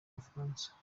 bufaransa